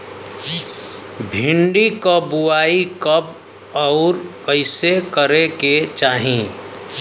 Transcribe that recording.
भिंडी क बुआई कब अउर कइसे करे के चाही?